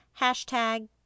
Hashtag